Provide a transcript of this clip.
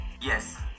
Yes